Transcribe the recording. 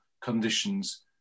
conditions